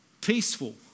peaceful